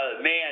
man